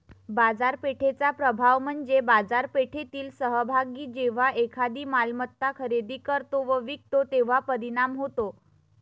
बाजारपेठेचा प्रभाव म्हणजे बाजारपेठेतील सहभागी जेव्हा एखादी मालमत्ता खरेदी करतो व विकतो तेव्हा परिणाम होतो